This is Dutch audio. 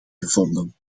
gevonden